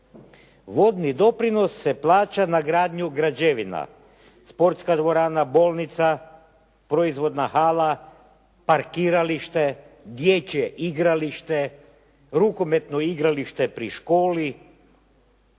Vodni doprinos se plaća na gradnju građevina. Sportska dvorana, bolnica, proizvodna hala, parkiralište, dječje igralište, rukometno igralište pri školi,